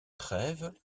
trève